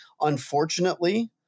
Unfortunately